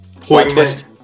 pointless